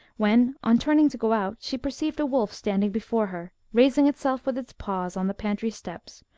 when, on turning to go out, she perceived a wolf standing before her, raising itself with its paws on the pantry steps,